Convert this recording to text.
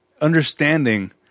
understanding